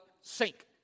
sink